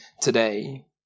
today